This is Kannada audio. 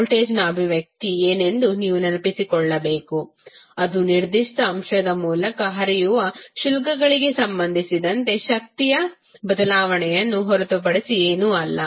ವೋಲ್ಟೇಜ್ನ ಅಭಿವ್ಯಕ್ತಿ ಏನೆಂದು ನೀವು ನೆನಪಿಸಿಕೊಳ್ಳಬೇಕು ಅದು ನಿರ್ದಿಷ್ಟ ಅಂಶದ ಮೂಲಕ ಹರಿಯುವ ಶುಲ್ಕಗಳಿಗೆ ಸಂಬಂಧಿಸಿದಂತೆ ಶಕ್ತಿಯ ಬದಲಾವಣೆಯನ್ನು ಹೊರತುಪಡಿಸಿ ಏನೂ ಅಲ್ಲ